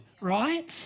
right